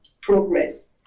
progress